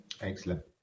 Excellent